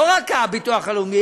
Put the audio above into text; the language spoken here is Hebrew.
לא רק הביטוח הלאומי,